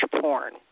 porn